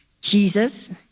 Jesus